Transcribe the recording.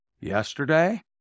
Yesterday